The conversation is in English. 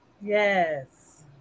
Yes